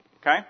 okay